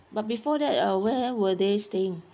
but before that uh where were they staying